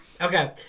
Okay